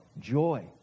joy